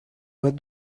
what